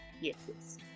Yes